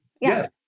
Yes